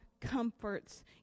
comforts